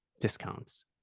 discounts